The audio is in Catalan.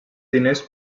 diners